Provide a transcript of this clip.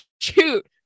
shoot